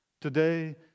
today